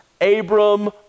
Abram